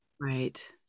right